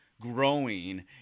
growing